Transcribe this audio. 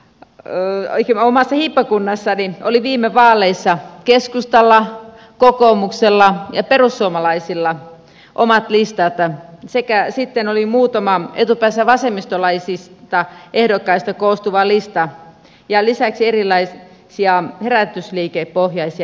ja minun omassa hiippakunnassani oli viime vaaleissa keskustalla kokoomuksella ja perussuomalaisilla omat listat sekä sitten oli muutama etupäässä vasemmistolaisista ehdokkaista koostuva lista ja lisäksi erilaisia herätysliikepohjaisia ehdokaslistoja